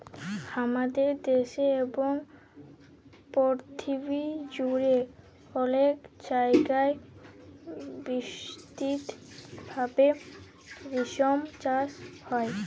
হামাদের দ্যাশে এবং পরথিবী জুড়ে অলেক জায়গায় বিস্তৃত ভাবে রেশম চাস হ্যয়